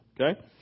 Okay